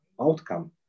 outcome